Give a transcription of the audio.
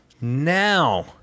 now